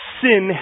sin